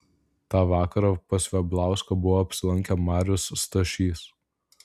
tą vakarą pas veblauską buvo apsilankę marius stašys